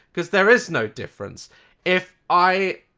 because there is no difference if i.